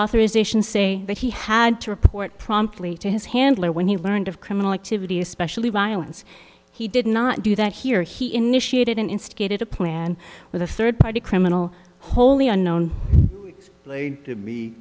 authorization say that he had to report promptly to his handler when he learned of criminal activity especially violence he did not do that here he initiated an instigated a plan with a third party criminal wholly unknown